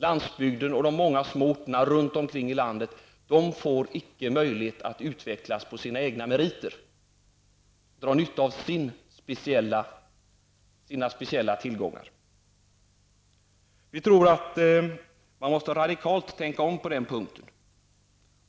Landsbygden och de många små orterna runt om i landet får icke möjlighet att utvecklas på sina egna meriter och dra nytta av sina speciella tillgångar. Vi tror att man måste radikalt tänka om på den punkten.